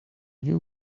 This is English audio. new